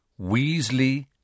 Weasley